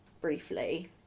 briefly